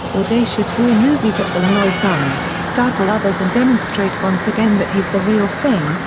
audacious war movie that will annoy some, startle others and demonstrate once again that he's the real thing,